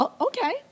Okay